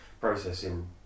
processing